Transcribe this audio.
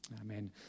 Amen